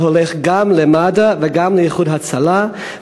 זה הולך גם למד"א וגם ל"איחוד הצלה",